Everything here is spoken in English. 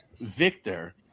Victor